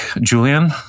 Julian